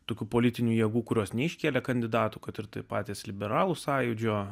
tokių politinių jėgų kurios neiškėlė kandidatų kad ir tai patys liberalų sąjūdžio